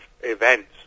events